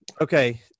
Okay